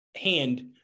hand